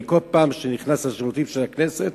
כל פעם שאני נכנס לשירותים של הכנסת